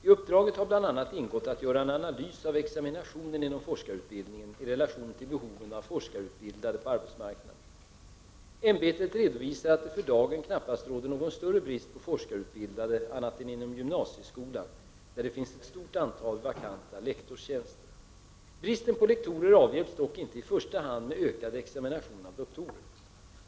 I uppdraget har bl.a. ingått att göra en analys av examinationen inom forskarutbildningen i relation till behoven av forskarutbildade på arbetsmarknaden. UHÄ redovisar att det för dagen knappast råder någon större brist på forskarutbildade annat än inom gymnasieskolan, där det finns ett stort antal vakanta tjänster som lektor. Bristen på lektorer avhjälps dock inte i första hand med ökad examination av doktorer.